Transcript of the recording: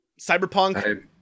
Cyberpunk